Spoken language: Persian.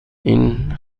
این